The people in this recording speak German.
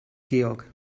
georg